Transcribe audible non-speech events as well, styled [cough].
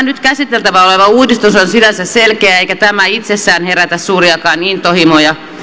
[unintelligible] nyt käsiteltävänä oleva uudistus on sinänsä selkeä eikä tämä itsessään herätä suuriakaan intohimoja